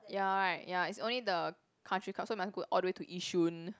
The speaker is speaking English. ya right ya it's only the country club so must go all the way to Yishun